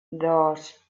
dos